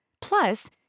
Plus